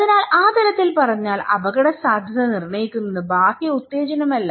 അതിനാൽ ആ തരത്തിൽ പറഞ്ഞാൽ അപകടസാധ്യത നിർണ്ണയിക്കുന്നത് ബാഹ്യ ഉത്തേജനമല്ല